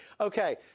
Okay